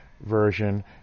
version